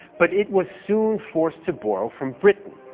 but it was soon forced to borrow from britain.